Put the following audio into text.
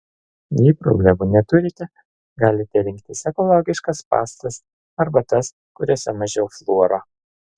jei problemų neturite galite rinktis ekologiškas pastas arba tas kuriose mažiau fluoro